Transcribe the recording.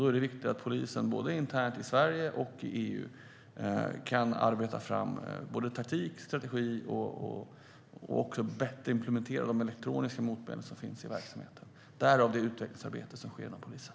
Då är det viktigt att polisen internt i Sverige och i EU kan arbeta fram både taktik och strategi och bättre kan implementera de elektroniska motmedel som finns i verksamheten. Därav det utvecklingsarbete som sker inom polisen.